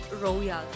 royal